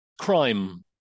crime